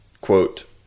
quote